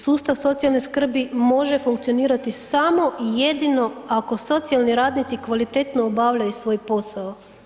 Sustav socijalne skrbi može funkcionirati samo i jedino ako socijalni radnici kvalitetno obavljaju svoj posao.